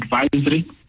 advisory